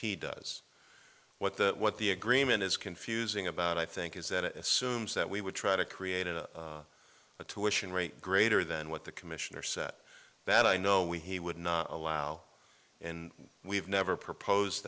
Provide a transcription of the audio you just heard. he does what that what the agreement is confusing about i think is that it assumes that we would try to create a tuition rate greater than what the commissioner set that i know we he would not allow and we've never proposed